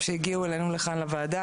שהגיעו לכאן לוועדה.